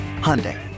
Hyundai